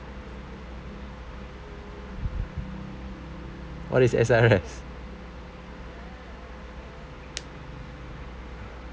what is S_R_S